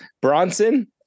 Bronson